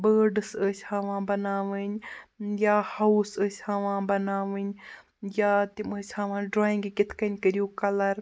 birds ٲسۍ ہاوان بَناوٕنۍ یا ہاوُس ٲسۍ ہاوان بَناوٕنۍ یا تِم ٲسۍ ہاوان ڈرٛایِنٛگہٕ کِتھ کٔنۍ کٔرِو کَلَر